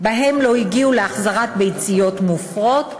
שבהם לא הגיעו להחזרת ביציות מופרות,